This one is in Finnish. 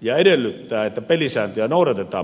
ja edellyttää että pelisääntöjä noudatetaan paremmin